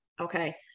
okay